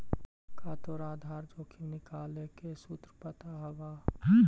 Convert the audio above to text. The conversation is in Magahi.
का तोरा आधार जोखिम निकाले के सूत्र पता हवऽ?